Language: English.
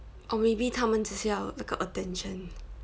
or maybe 他们只是要那个 attention